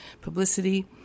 publicity